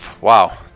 wow